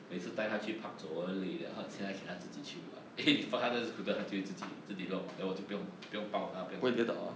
每次带她去 park 走 orh 累 liao 她现在给她自己去啊 eh 你放她在 scooter 她就会自己自己弄吗 then 我就不用不拥抱她不用什么